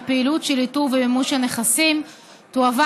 והפעילות של האיתור והמימוש של הנכסים תועבר